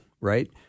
Right